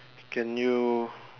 can you